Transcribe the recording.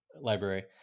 library